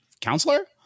counselor